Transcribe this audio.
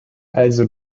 also